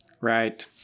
Right